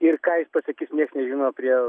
ir ką jis pasakys nieks nežino prie